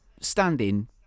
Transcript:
standing